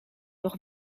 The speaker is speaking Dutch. nog